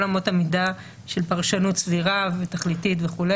אמות המידה של פרשנות סבירה ותכליתית וכו',